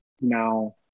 now